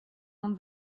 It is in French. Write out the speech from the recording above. monde